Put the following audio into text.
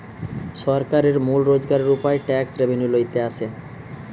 সরকারের মূল রোজগারের উপায় ট্যাক্স রেভেন্যু লইতে আসে